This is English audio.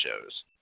shows